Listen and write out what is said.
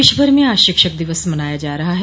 देश भर में आज शिक्षक दिवस मनाया जा रहा है